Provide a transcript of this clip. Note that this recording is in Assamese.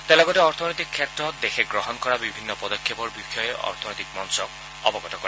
তেওঁ লগতে অৰ্থনৈতিক ক্ষেত্ৰত গ্ৰহণ কৰা বিভিন্ন পদক্ষেপৰ বিষয়ে অৰ্থনৈতিক মঞ্চত অৱগত কৰে